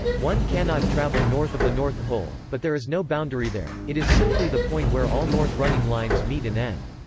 one cannot travel north of the north pole, but there is no boundary there it is simply the point where all north-running lines meet and end.